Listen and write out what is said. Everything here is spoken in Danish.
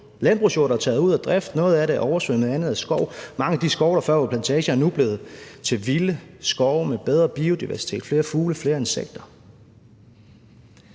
landbrugsjord, der er taget ud af drift. Noget af det er oversvømmet, andet er skov; mange af de skove, der før var plantager, er nu blevet til vilde skove med bedre biodiversitet, flere fugle, flere insekter.